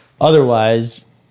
Otherwise